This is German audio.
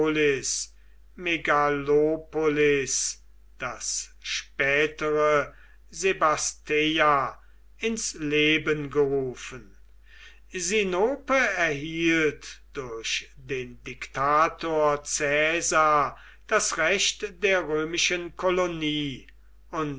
das spätere sebasteia ins leben gerufen sinope erhielt durch den diktator caesar das recht der römischen kolonie